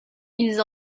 ils